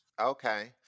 Okay